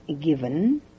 given